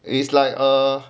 it's like a